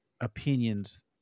opinions